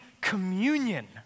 communion